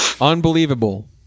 Unbelievable